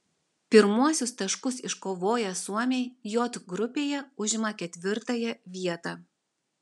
pirmuosius taškus iškovoję suomiai j grupėje užima ketvirtąją vietą